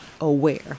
aware